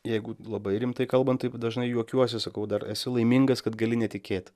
jeigu labai rimtai kalbant taip dažnai juokiuosi sakau dar esi laimingas kad gali netikėt